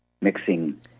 mixing